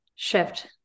shift